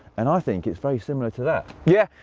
and i think it's very similar to that. yeah,